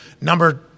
number